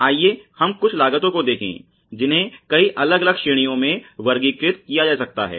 आइए हम कुछ लागतों को देखें जिन्हें कई अलग अलग श्रेणियों में वर्गीकृत किया जा सकता है